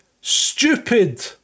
stupid